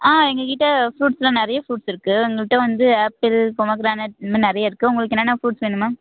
ஆ எங்கள்கிட்ட ஃப்ரூட்ஸ் எல்லாம் நிறைய ஃப்ரூட்ஸ் இருக்கு எங்கள்கிட்ட வந்து ஆப்பிள் பொமோக்ரனேட் இந்தமாதிரி நிறைய இருக்கு உங்களுக்கு என்னென்ன ஃப்ரூட்ஸ் வேணும் மேம்